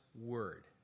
word